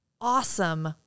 awesome